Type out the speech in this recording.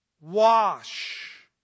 wash